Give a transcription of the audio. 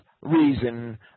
reason